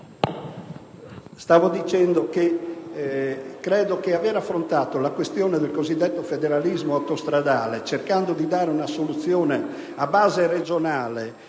molti aspetti strategiche. Aver affrontato la questione del cosiddetto federalismo autostradale cercando di dare una soluzione a base regionale